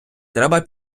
треба